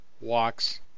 walks